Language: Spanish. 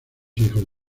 hijos